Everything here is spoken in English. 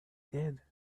did